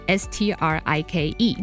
s-t-r-i-k-e